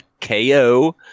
KO